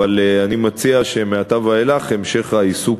אבל אני מציע שמעתה ואילך המשך העיסוק